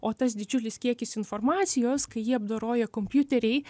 o tas didžiulis kiekis informacijos kai ji apdoroja kompiuteriai